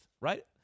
right